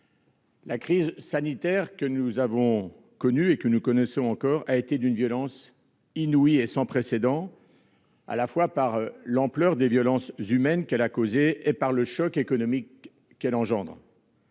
La crise sanitaire que nous avons connue et que nous connaissons encore a été d'une violence inouïe, sans précédent, par l'ampleur des victimes humaines qu'elle a causées et par le choc économique qu'elle provoque.